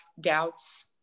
doubts